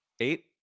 Eight